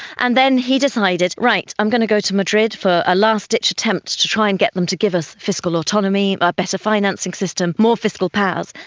and then he decided, right, i'm going to go to madrid for a large ditch attempt to try and get them to give us a fiscal autonomy, a better financing system, more fiscal powers,